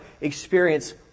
experience